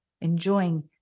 enjoying